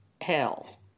hell